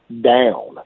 down